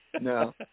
No